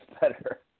better